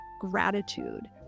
gratitude